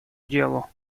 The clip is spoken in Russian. делу